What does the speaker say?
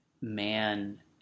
man